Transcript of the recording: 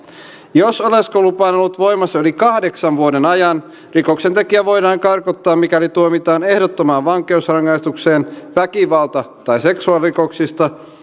jos oleskelulupa on ollut voimassa yli kahdeksan vuoden ajan rikoksentekijä voidaan karkottaa mikäli tuomitaan ehdottomaan vankeusrangaistukseen väkivalta tai seksuaalirikoksista